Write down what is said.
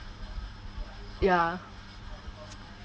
ya